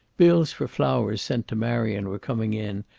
bills for flowers sent to marion were coming in,